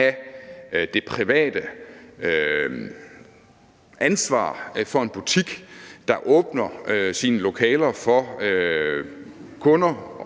del af det private ansvar for en butik, der åbner sine lokaler for kunder